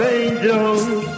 angels